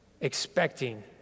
expecting